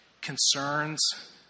concerns